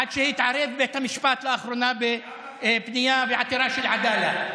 עד שהתערב בית המשפט לאחרונה בעתירה של עדאלה.